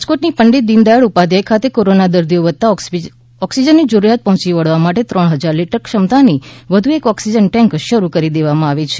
રાજકોટની પંડિત દીનદયાળ ઉપાધ્યાય ખાતે કોરોના દર્દીઓ વધતા ઓક્સિજનની જરૂરિયાત પહોંચી વળવા માટે ત્રણ હજાર લીટર ક્ષમતાની વધુ એક ઓક્સિજન ટેન્ક શરૂ કરી દેવામાં આવી છે